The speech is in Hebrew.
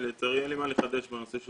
לצערי אין לי מה לחדש בנושא של